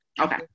Okay